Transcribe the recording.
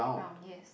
ground yes